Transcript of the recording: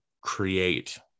create